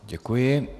Děkuji.